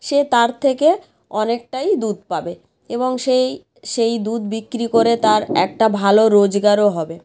সে তার থেকে অনেকটাই দুধ পাবে এবং সেই সেই দুধ বিক্রি করে তার একটা ভালো রোজগারও হবে